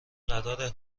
قرار